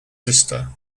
sister